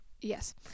Yes